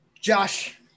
Josh